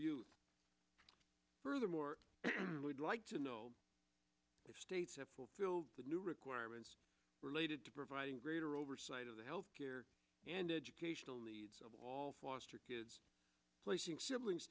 furthermore would like to know if states have fulfilled the new requirements related to providing greater oversight of the health care and educational needs of all foster kids placing siblings